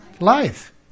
life